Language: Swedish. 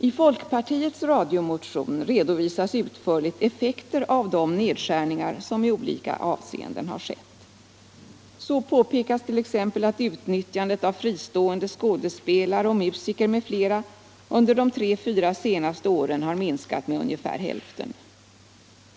I folkpartiets radiomotion redovisas utförligt effekter av de nedskärningar som i olika avseenden skett. Så påpekas t.ex. att utnyttjandet av fristående skådespelare, musiker m.fl. under de tre fyra senaste åren har minskat med ungefär hälften.